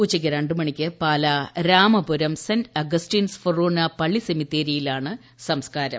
ഉച്ചയ്ക്ക് രണ്ട് മണിക്ക് പാല രാമപുരം സെന്റ് അഗസ്റ്റ്യൻസ് ഫെറോന പള്ളി സെമിത്തേരിയിലാണ് സംസ്കാരം